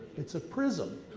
it's a prism.